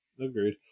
Agreed